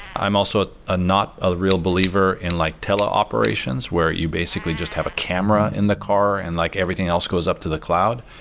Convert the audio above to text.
i'm also ah ah not a real believer in like tele-operations, where you basically just have a camera in the car and like everything else goes up to the cloud,